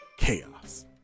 Chaos